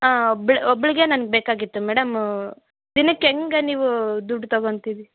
ಹಾ ಒಬ್ಬಳೆ ಒಬ್ಳಿಗೆ ನನಗೆ ಬೇಕಾಗಿತ್ತು ಮೇಡಮ್ ದಿನಕ್ಕೆ ಹೆಂಗ ನೀವು ದುಡ್ಡು ತಗೊತೀರಿ